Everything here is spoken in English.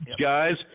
guys